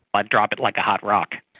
i'd drop it like a hot rock.